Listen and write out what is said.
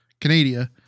Canada